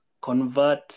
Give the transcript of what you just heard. convert